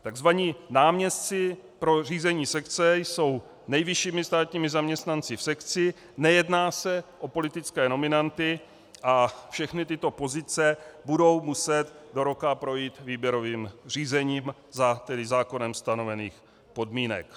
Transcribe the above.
Takzvaní náměstci pro řízení sekce jsou nejvyššími státními zaměstnanci v sekci, nejedná se o politické nominanty a všechny tyto pozice budou muset do roka projít výběrovým řízením, tedy za zákonem stanovených podmínek.